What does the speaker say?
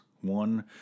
One